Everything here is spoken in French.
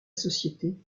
société